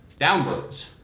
downloads